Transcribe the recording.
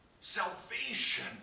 Salvation